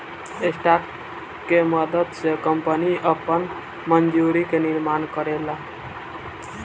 stock के मदद से कंपनियां आपन पूंजी के निर्माण करेला